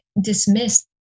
dismissed